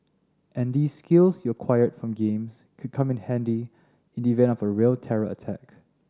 and these skills you acquired from games could come in handy in the event of a real terror attack